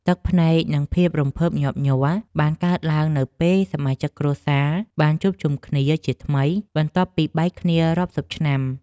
ទឹកភ្នែកនិងភាពរំភើបញាប់ញ័របានកើតឡើងនៅពេលសមាជិកគ្រួសារបានជួបជុំគ្នាជាថ្មីបន្ទាប់ពីបែកគ្នារាប់សិបឆ្នាំ។